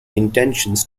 intentions